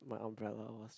my umbrella was